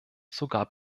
sogar